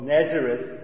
Nazareth